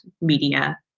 media